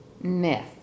Myth